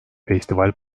festival